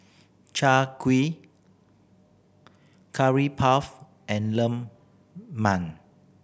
Chai Kuih Curry Puff and lemang